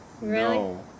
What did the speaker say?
no